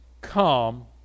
come